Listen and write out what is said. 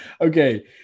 Okay